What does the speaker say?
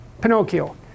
Pinocchio